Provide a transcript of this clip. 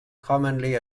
commonly